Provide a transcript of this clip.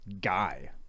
guy